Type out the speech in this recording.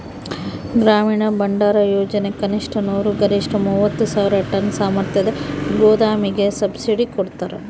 ಗ್ರಾಮೀಣ ಭಂಡಾರಯೋಜನೆ ಕನಿಷ್ಠ ನೂರು ಗರಿಷ್ಠ ಮೂವತ್ತು ಸಾವಿರ ಟನ್ ಸಾಮರ್ಥ್ಯದ ಗೋದಾಮಿಗೆ ಸಬ್ಸಿಡಿ ಕೊಡ್ತಾರ